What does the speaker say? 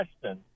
Question